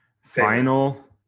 final